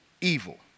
evil